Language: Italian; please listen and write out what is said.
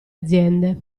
aziende